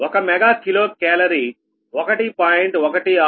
ఒక mega kilo calorie 1